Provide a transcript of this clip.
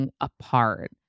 apart